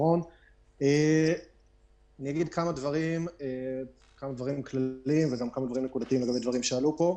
אני אגיד כמה דברים כלליים וכמה דברים נקודתיים על הדברים שעלו פה.